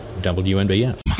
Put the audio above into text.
WNBF